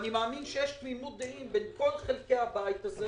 אני מאמין שיש תמימות דעים בין כל חלקי הבית הזה,